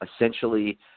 essentially